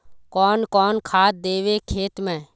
कौन कौन खाद देवे खेत में?